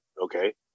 okay